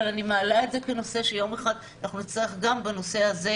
אבל אני מעלה את זה כי יום אחד נצטרך לדון גם בנושא הזה.